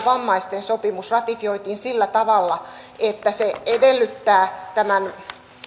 vammaisten sopimus ratifioitiin sillä tavalla että se edellyttää